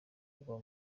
kuba